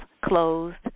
closed